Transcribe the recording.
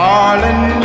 Darling